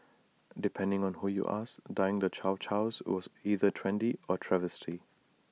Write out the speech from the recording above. depending on who you ask dyeing the chow Chows was either trendy or A travesty